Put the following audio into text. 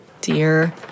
dear